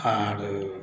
आर